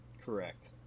Correct